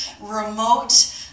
remote